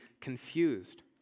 confused